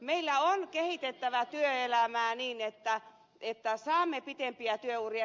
meillä on kehitettävä työelämää niin että saamme pitempiä työuria